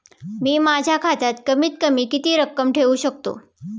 मी माझ्या खात्यात कमीत कमी किती रक्कम ठेऊ शकतो?